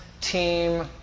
team